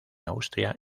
austria